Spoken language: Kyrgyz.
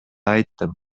айттым